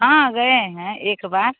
हाँ गए हैं एक बार